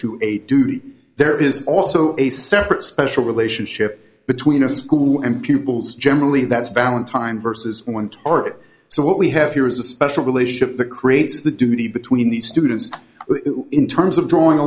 a duty there is also a separate special relationship between a school and pupils generally that's valentine versus one target so what we have here is a special relationship that creates the duty between these students in terms of drawing